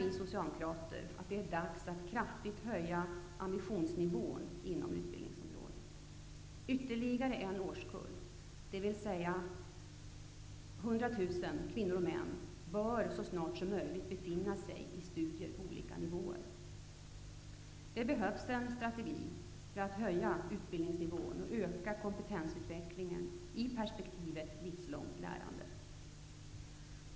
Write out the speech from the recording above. Vi socialdemokrater menar att det är dags att kraftigt höja ambitionsnivån på utbildningsområdet. Ytterligare en årskull, dvs. 100 000 kvinnor och män, bör så snart som möjligt befinna sig i studier på olika nivåer. Det behövs en strategi för att höja utbildningsnivån och öka kompetensutvecklingen i ett perspektiv av livslångt lärande.